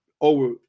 over